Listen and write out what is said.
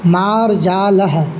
मार्जालः